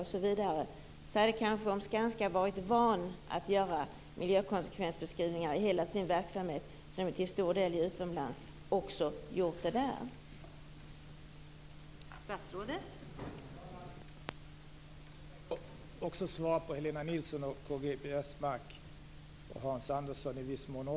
Om Skanska hade varit vant att göra miljökonsekvensbeskrivningar inom hela sin verksamhet - som till stor del bedrivs utomlands - hade man också gjort det i fråga om Hallandsåsen.